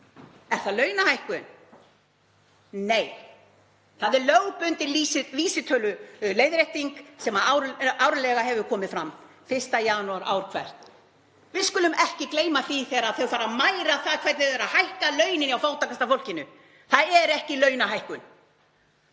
Er það launahækkun? Nei, það er lögbundin vísitöluleiðrétting sem árlega hefur komið fram, 1. janúar ár hvert. Við skulum ekki gleyma því þegar þau fara að mæra það hvernig þau eru að hækka launin hjá fátækasta fólkinu. Það er ekki launahækkun.